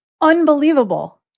Unbelievable